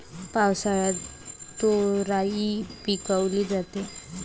पावसाळ्यात तोराई पिकवली जाते